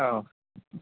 औ